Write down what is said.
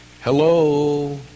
Hello